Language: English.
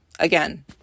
Again